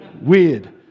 weird